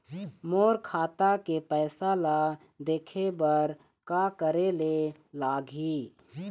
मोर खाता के पैसा ला देखे बर का करे ले लागही?